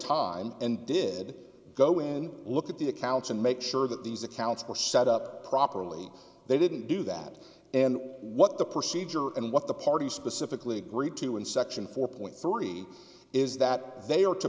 time and did go in look at the accounts and make sure that these accounts were set up properly they didn't do that and what the procedure and what the party specifically agreed to in section four point three is that they are to